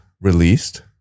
released